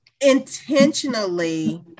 intentionally